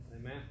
Amen